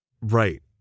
Right